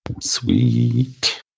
Sweet